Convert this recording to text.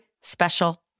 special